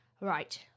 Right